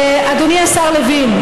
אדוני השר לוין,